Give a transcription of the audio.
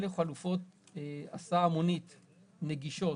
אלה חלופות הסעה המונית נגישות.